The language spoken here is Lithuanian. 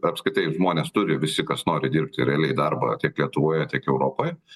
apskritai žmonės turi visi kas nori dirbti realiai darbą tiek lietuvoje tiek europoj